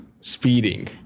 speeding